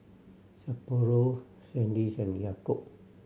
Sapporo Sandisk and Yakult